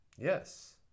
Yes